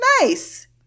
Nice